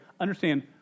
understand